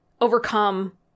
overcome